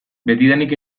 betidanik